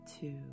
two